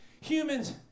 Humans